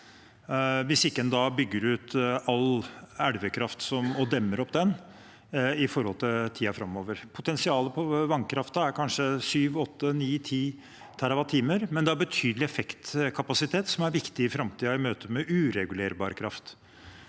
hvis en ikke da bygger ut all elvekraft og demmer opp elvene i tiden framover. Potensia let på vannkraften er kanskje 7–8–9–10 TWh, men det har betydelig effektkapasitet som er viktig i framtiden i møte med uregulerbar kraft.